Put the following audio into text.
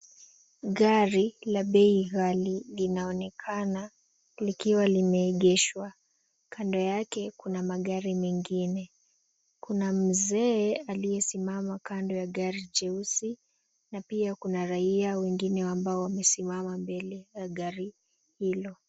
Gari la bei ghali linaonekana likiwa limeegeshwa. Kando yake kuna magari mengine. Kuna mzee aliyesimama kando ya gari jeusi na pia kuna raia wengine ambao wamesimama mbele ya gari hilo.